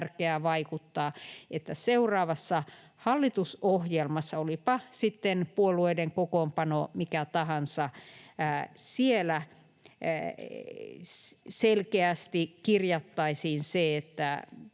tärkeää vaikuttaa, että seuraavassa hallitusohjelmassa, olipa sitten puolueiden kokoonpano mikä tahansa, selkeästi kirjattaisiin se, että